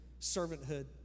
servanthood